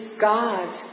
God